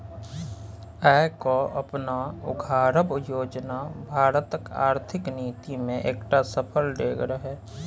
आय केँ अपने उघारब योजना भारतक आर्थिक नीति मे एकटा सफल डेग रहय